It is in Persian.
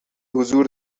حضور